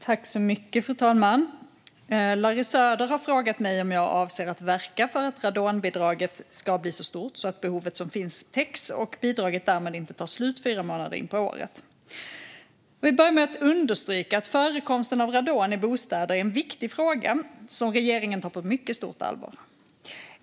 Fru talman! Larry Söder har frågat mig om jag avser att verka för att radonbidraget ska bli så stort att behovet som finns täcks och bidraget därmed inte tar slut fyra månader in på året. Jag vill börja med att understryka att förekomsten av radon i bostäder är en viktig fråga som regeringen tar på mycket stort allvar.